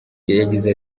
yagize